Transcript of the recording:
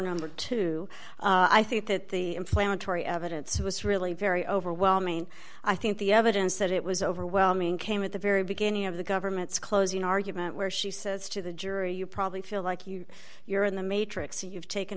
number two i think that the inflammatory evidence was really very overwhelming i think the evidence that it was overwhelming came at the very beginning of the government's closing argument where she says to the jury you probably feel like you you're in the matrix you've taken